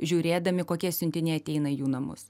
žiūrėdami kokie siuntiniai ateina į jų namus